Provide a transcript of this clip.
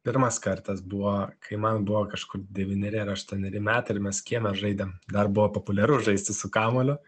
pirmas kartas buvo kai man buvo kažkur devyneri ar aštuoneri metai ir mes kieme žaidėm dar buvo populiaru žaisti su kamuoliu